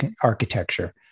architecture